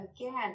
again